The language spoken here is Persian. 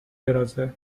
درازه